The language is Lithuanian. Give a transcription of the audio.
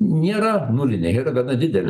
nėra nulinė gana didelė